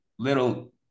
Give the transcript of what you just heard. little